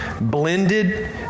blended